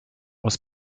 aus